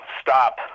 stop